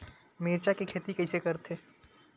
मिरचा के खेती कइसे करथे?